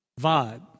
vibe